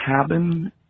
cabin